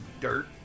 Dirt